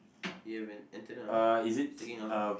you have an antenna sticking out